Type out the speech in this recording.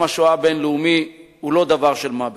השואה הבין-לאומי היא לא דבר של מה בכך.